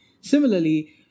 Similarly